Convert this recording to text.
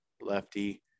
lefty